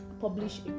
publish